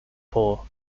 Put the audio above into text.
poor